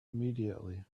immediately